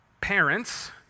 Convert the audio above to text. parents